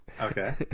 okay